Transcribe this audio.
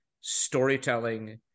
storytelling